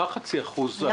מה חצי אחוז?